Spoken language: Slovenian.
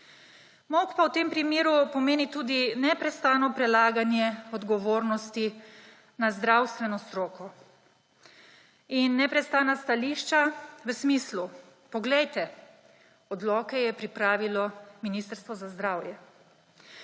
Molk v tem primeru pomeni tudi neprestano prelaganje odgovornosti na zdravstveno stroko in neprestana stališča v smislu »poglejte, odloke je pripravilo Ministrstvo za zdravje«.